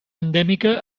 endèmica